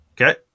Okay